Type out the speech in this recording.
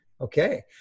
Okay